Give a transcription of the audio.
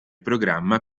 programma